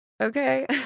Okay